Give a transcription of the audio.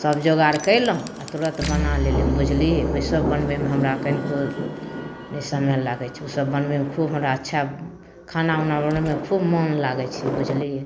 सभ जोगार कयलहुँ आ तुरन्त बना लेलहुँ बुझली ओसभ बनाबैमे हमरा कनिको नहि समय लागै छै ओसभ बनबैमे खूब हमरा अच्छा खाना वाना बनबैमे खूब मोन लागै छै बुझलियै